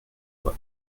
voix